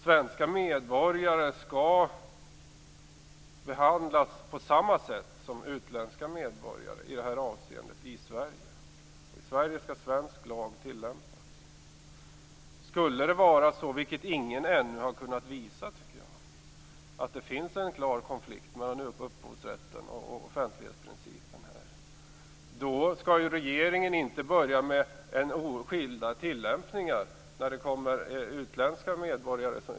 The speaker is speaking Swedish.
Svenska medborgare skall behandlas på samma sätt som utländska medborgare i det här avseendet i Sverige. I Sverige skall svensk lag tillämpas. Skulle det vara så, vilket ingen ännu inte har kunnat visa, att det finns en klar konflikt mellan upphovsrätten och offentlighetsprincipen skall regeringen inte börja med skilda tillämpningar för svenska och utländska medborgare.